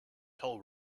toll